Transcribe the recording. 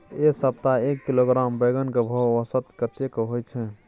ऐ सप्ताह एक किलोग्राम बैंगन के भाव औसत कतेक होय छै?